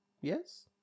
yes